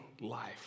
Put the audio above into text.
life